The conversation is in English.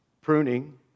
pruning